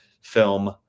film